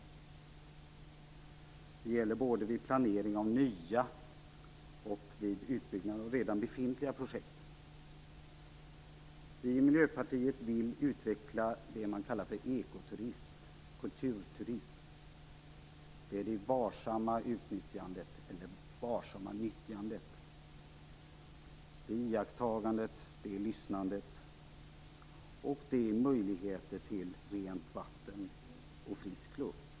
Det gäller både vid planering av nya och vid utbyggnad av redan befintliga projekt. Vi i Miljöpartiet vill utveckla det man kallar för ekoturism, eller kulturturism. Det är det varsamma utnyttjandet - eller nyttjandet, det är iakttagandet, det är lyssnandet och det är möjligheter till rent vatten och frisk luft.